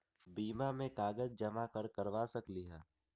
बीमा में कागज जमाकर करवा सकलीहल?